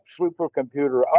supercomputer